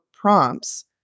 prompts